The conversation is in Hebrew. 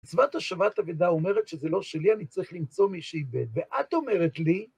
מצוות השבת אבידה אומרת שזה לא שלי, אני צריך למצוא מי שאיבד, ואת אומרת לי...